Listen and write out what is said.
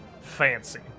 fancy